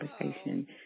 conversation